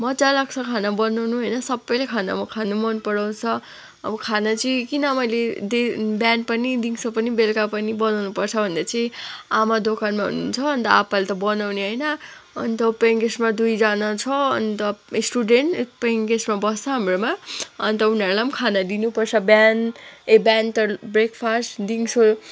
मजा लाग्छ खाना बनाउनु होइन सबैले खाना खानु मन पराउँछ अब खाना चाहिँ किन मैले दे बिहान पनि दिउँसो पनि बेलुका पनि बनाउनुपर्छ भन्दा चाहिँ आमा दोकानमा हुनुहुन्छ अन्त आपाले त बनाउने होइन अन्त पेइङगेस्टमा दुईजना छ अन्त स्टुडेन्ट पेइङगेस्टमा बस्छ हाम्रोमा अन्त उनीहरूलाई पनि खाना दिनुपर्छ बिहान ए बिहान त ब्रेकफास्ट दिउँसो